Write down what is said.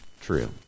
true